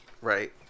Right